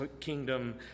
kingdom